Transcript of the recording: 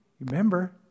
remember